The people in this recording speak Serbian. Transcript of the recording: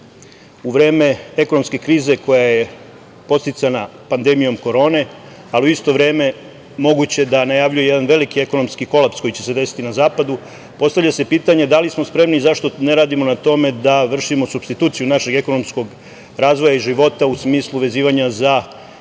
vreme ekonomske krize koja je podsticana pandemijom korone, ali u isto vreme moguće je da najavljuju jedan veliki ekonomski kolaps koji će se desiti na zapadu, postavlja se pitanje da li smo spremni i zašto ne radimo na tome da vršimo supstituciju našeg ekonomskog razvoja iz života u smislu vezivanja za Kinu i